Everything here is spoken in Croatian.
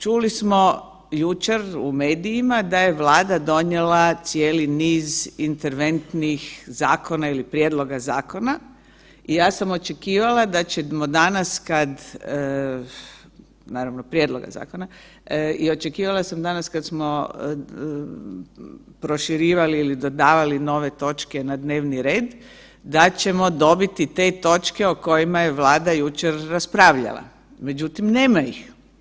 Međutim, čuli smo jučer u medijima da je Vlada donijela cijeli niz interventnih zakona ili prijedloga zakona i ja sam očekivala da ćemo danas kad, naravno prijedloga zakona, i očekivala sam danas kada smo proširivali ili dodavali nove točke na dnevni red da ćemo dobiti te točke o kojima je Vlada jučer raspravljala, međutim nema ih.